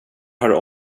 har